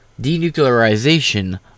denuclearization